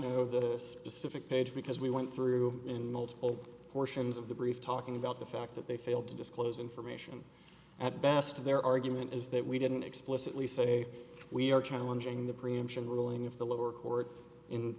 know this is civic page because we went through and mulled over portions of the brief talking about the fact that they failed to disclose information at best to their argument is that we didn't explicitly say we are trying lungeing the preemption ruling of the lower court in